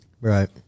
Right